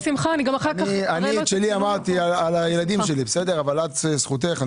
אני אמרתי על הילדים שלי אבל זכותך.